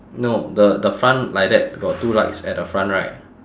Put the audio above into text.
no the the front like that got two lights at the front right